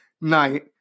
Night